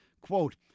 Quote